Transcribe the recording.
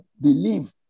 believe